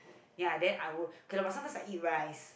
ya then I would okay but sometimes I eat rice